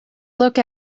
look